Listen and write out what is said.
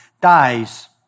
dies